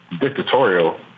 dictatorial